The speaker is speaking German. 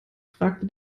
fragte